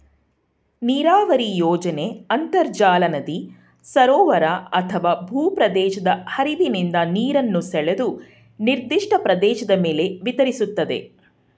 ನೀರಾವರಿ ಯೋಜನೆ ಅಂತರ್ಜಲ ನದಿ ಸರೋವರ ಅಥವಾ ಭೂಪ್ರದೇಶದ ಹರಿವಿನಿಂದ ನೀರನ್ನು ಸೆಳೆದು ನಿರ್ದಿಷ್ಟ ಪ್ರದೇಶದ ಮೇಲೆ ವಿತರಿಸ್ತದೆ